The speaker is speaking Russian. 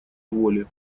воли